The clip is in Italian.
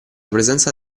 presenza